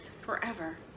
forever